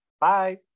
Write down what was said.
Bye